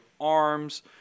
arms